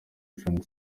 john